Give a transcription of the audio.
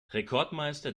rekordmeister